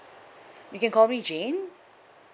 you can call me jane